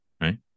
Right